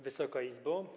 Wysoka Izbo!